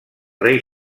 rei